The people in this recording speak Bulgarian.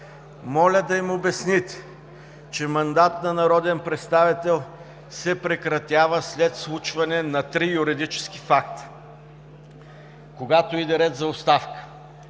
Моля да им обясните, че мандат на народен представител се прекратява след случване на три юридически факта, когато иде реч за оставка.